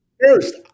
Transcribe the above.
first